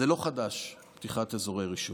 זה לא חדש, פתיחת אזורי הרישום,